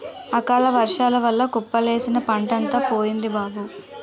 అకాలవర్సాల వల్ల కుప్పలేసిన పంటంతా పోయింది బాబూ